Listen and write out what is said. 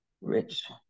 Rich